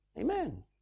Amen